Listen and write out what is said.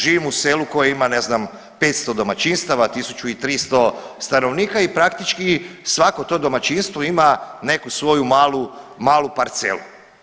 Živim u selu koje ima ne znam 500 domaćinstava, 1300 stanovnika i praktički svako to domaćinstvo ima neku svoju malu parcelu.